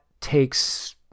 takes